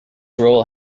role